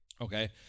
Okay